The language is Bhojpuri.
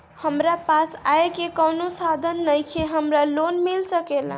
हमरा पास आय के कवनो साधन नईखे हमरा लोन मिल सकेला?